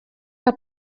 que